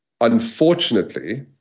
unfortunately